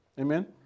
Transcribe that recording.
Amen